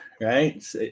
right